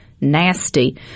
nasty